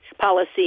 policy